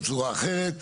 בצורה אחרת.